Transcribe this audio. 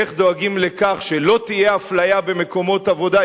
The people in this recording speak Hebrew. איך דואגים לכך שלא תהיה אפליה במקומות עבודה,